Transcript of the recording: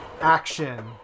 action